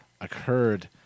occurred